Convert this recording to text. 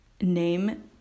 name